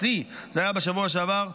השיא היה בשבוע שעבר,